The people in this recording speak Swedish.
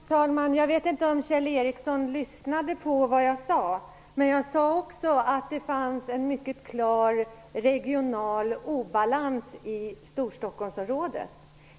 Fru talman! Jag vet inte om Kjell Ericsson lyssnade på vad jag sade. Jag sade också att det fanns en mycket klar regional obalans i Storstockholmsområdet.